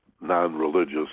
non-religious